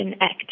Act